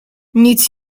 nic